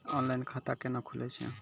Online खाता केना खुलै छै?